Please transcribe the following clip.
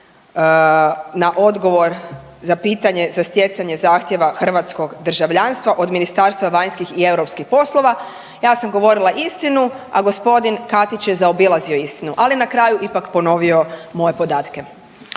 na odgovor za pitanje za stjecanje zahtjeva hrvatskog državljanstva od MVEP-a, ja sam govorila istinu, a g. Katić je zaobilazio istinu, ali je na kraju ipak ponovio moje podatke.